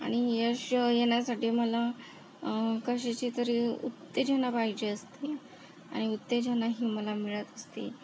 आणि यश येण्यासाठी मला कशाची तरी उत्तेजना पाहिजे असते आणि उत्तेजना ही मला मिळत असते